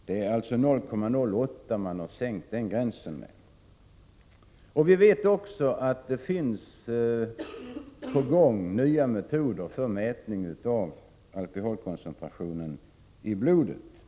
Man har alltså sänkt gränsen med 0,08 eo. Vi vet också att det finns nya metoder för mätning av alkoholkoncentrationen i blodet.